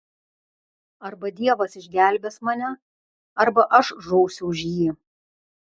arba dievas išgelbės mane arba aš žūsiu už jį